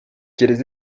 quieres